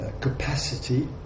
capacity